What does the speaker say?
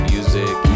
Music